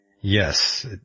Yes